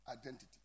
identity